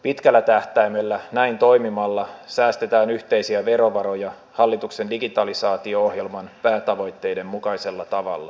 pitkällä tähtäimellä näin toimimalla säästetään yhteisiä verovaroja hallituksen digitalisaatio ohjelman päätavoitteiden mukaisella tavalla